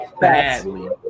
badly